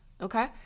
okay